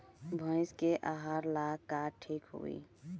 भइस के आहार ला का ठिक होई?